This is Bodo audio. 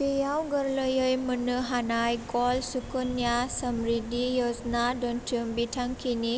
बेयाव गोरलैयै मोन्नो हानाय गल्ड सुकन्या समृद्धि य'जना दोन्थुम बिथांखिनि